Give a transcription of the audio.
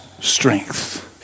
strength